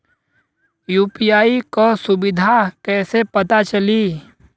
UPI क सुविधा कैसे पता चली?